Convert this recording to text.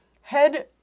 Head